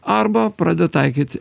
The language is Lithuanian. arba praded taikyt